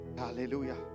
Hallelujah